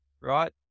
right